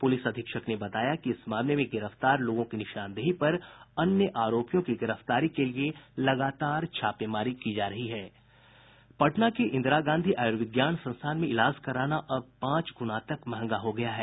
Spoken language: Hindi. पुलिस अधीक्षक ने बताया कि इस मामले में गिरफ्तार लोगों की निशानदेही पर अन्य आरोपियों की गिरफ्तारी के लिए छापेमारी की जा रही है पटना के इंदिरा गांधी आयुर्विज्ञान संस्थान में इलाज कराना अब पांच गुना तक महंगा हो गया है